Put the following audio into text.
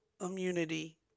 immunity